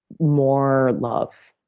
more love?